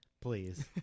please